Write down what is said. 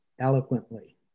eloquently